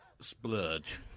splurge